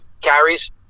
carries